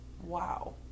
Wow